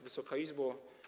Wysoka Izbo!